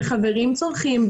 וחברים צורכים,